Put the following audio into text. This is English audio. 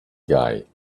guy